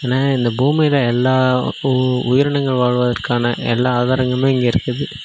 ஏன்னா இந்த பூமியில் எல்லா உயிரினங்கள் வாழ்வதற்கான எல்லா ஆதாரங்களுமே இங்கே இருக்குது